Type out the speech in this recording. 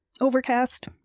Overcast